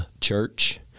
church